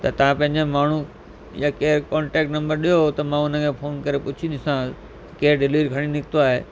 त तव्हां पंहिंजे माण्हू या के कॉन्टेक्ट नम्बर ॾियो उन खे फोन करे पुछी ॾिसांसि केरु डिलीवरी खणी निकितो आहे